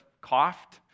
coughed